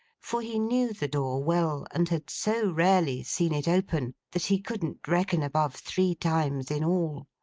for he knew the door well, and had so rarely seen it open, that he couldn't reckon above three times in all.